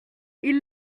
ils